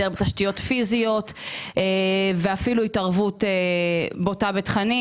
היעדר תשתיות פיזיות ואפילו התערבות בוטה בתכנים.